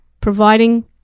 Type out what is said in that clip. providing